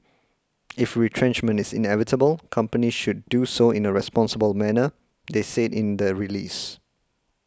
if retrenchment is inevitable companies should do so in a responsible manner they said in the release